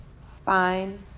Spine